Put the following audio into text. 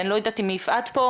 אני לא יודעת אם יפעת פה,